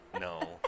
No